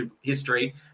history